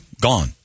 gone